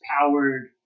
powered